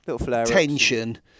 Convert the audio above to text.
tension